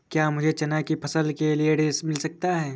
क्या मुझे चना की फसल के लिए ऋण मिल सकता है?